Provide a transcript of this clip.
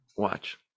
Watch